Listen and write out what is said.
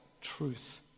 truth